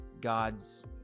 God's